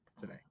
today